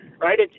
right